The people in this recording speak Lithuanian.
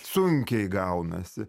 sunkiai gaunasi